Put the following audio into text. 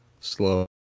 slow